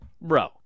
bro